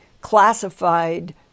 Classified